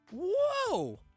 Whoa